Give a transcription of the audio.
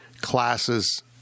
classes